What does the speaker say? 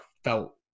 felt